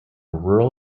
rural